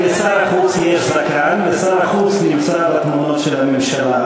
כי לשר החוץ יש זקן ושר החוץ נמצא בתמונות של הממשלה,